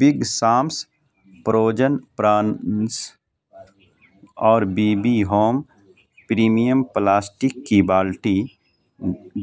big سامس پروجن پرانس اور B B home premium plastic کی بالٹی